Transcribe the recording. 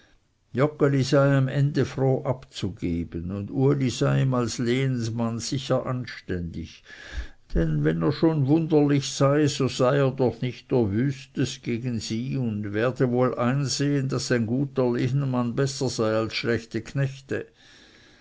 am ende froh abzugeben und uli sei ihm als lehenmann sicher anständig denn wenn er schon wunderlich sei so sei er doch nicht der wüstest gegen sie und werde wohl ein sehen daß ein guter lehnmann besser sei als schlechte knechte